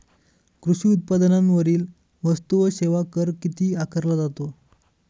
कृषी उत्पादनांवरील वस्तू व सेवा कर किती आकारला जातो?